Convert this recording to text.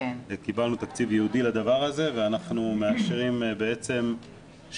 קיבלנו תקציב ייעודי לדבר הזה ואנחנו מאשרים שהמדינה